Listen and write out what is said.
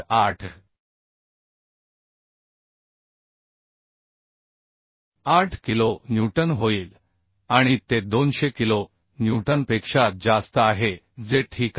8 8 kilo newton होईल आणि ते 200 किलो न्यूटनपेक्षा जास्त आहे जे ठीक आहे